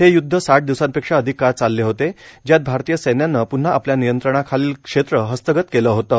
हे यूद्ध साठ दिवसांपेक्षा अधिक काळ चालले होते ज्यात भारतीय सैन्यानं प्न्हा आपल्या नियंत्रणाखालील क्षेत्र हस्तगत केलं होतं